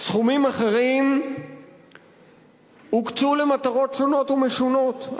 סכומים אחרים הוקצו למטרות שונות ומשונות,